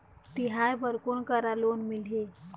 तिहार बर कोन करा लोन मिलही?